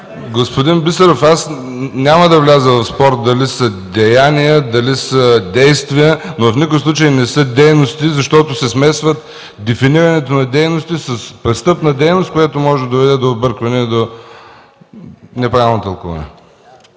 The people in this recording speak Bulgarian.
Господин Бисеров, аз няма да вляза в спор дали са деяния, дали са действия, но в никакъв случай не са дейности, защото се смесва дефинирането на „дейности” с „престъпна дейност”, което може да доведе до объркване и неправилно тълкуване.